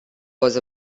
was